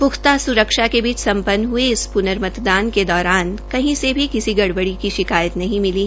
प्ख्ता स्रक्षा के बीच सम्पन्न इस पूर्न मतदान के दौरान कही से भी किसी गड़बड़ी की शिकायत नहीं मिली है